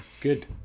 good